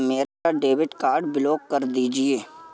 मेरा debit card block कर दीजिए